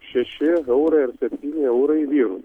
šeši eurai ar septyni eurai vyrui